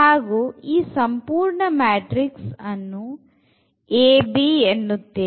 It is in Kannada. ಹಾಗು ಈ ಸಂಪೂರ್ಣ ಮ್ಯಾಟ್ರಿಕ್ಸ್ ಅನ್ನು Ab ಅನ್ನುತ್ತೇವೆ